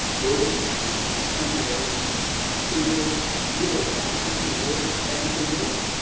will it be possible someday in which we don't have to come to work every single day.